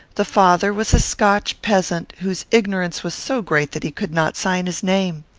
the father was a scotch peasant, whose ignorance was so great that he could not sign his name.